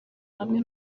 hamwe